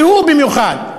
והוא במיוחד,